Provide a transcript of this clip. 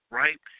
right